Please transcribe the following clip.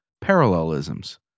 parallelisms